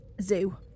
zoo